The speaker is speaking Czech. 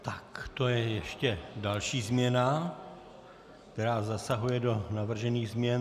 Tak to je ještě další změna, která zasahuje do navržených změn.